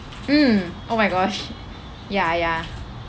mm oh my gosh ya ya